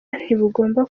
ntibugomba